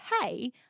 hey